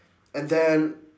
and then